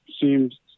seems